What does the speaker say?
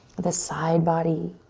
the side body,